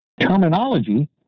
terminology